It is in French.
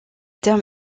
terme